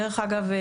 דבר אגב,